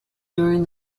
during